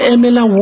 Emela